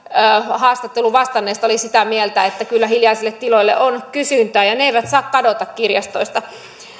haastatteluun vastanneista oli sitä mieltä että kyllä hiljaisille tiloille on kysyntää ja ne eivät saa kadota kirjastoista